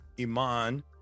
Iman